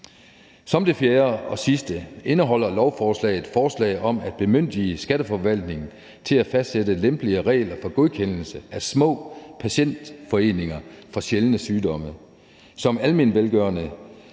Som det fjerde og sidste indeholder lovforslaget forslag om at bemyndige skatteforvaltningen til at fastsætte lempeligere regler for godkendelse af små patientforeninger for sjældne sygdomme som almenvelgørende